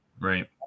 right